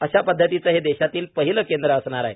अशा पद्धतीचे हे देशातील पहिले केंद्र असणार आहे